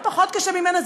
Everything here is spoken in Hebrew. או פחות קשה ממנה,